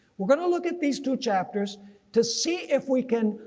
we're going to look at these two chapters to see if we can